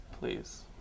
please